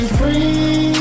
free